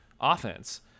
offense